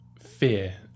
fear